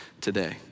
today